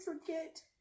forget